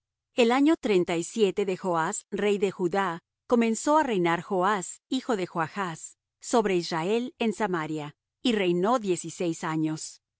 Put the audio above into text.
el año quince de amasías hijo de joas rey de judá comenzó á reinar jeroboam hijo de joas sobre israel en samaria y reinó cuarenta y un años